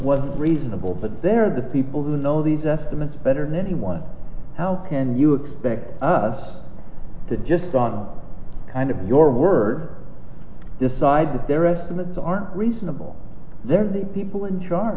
was reasonable but they're the people who know these estimates better than anyone how can you expect us to just on kind of your word decide that their estimates are reasonable they're the people in charge